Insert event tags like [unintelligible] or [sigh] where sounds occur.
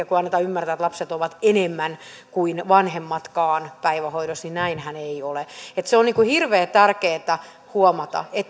[unintelligible] kuin annetaan ymmärtää että lapset ovat enemmän päivähoidossa kuin vanhemmatkaan töissä näinhän ei ole se on hirveän tärkeätä huomata että